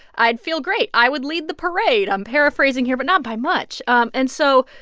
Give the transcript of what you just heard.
i'd feel great. i would lead the parade. i'm paraphrasing here but not by much and so,